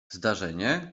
zdarzenie